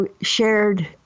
shared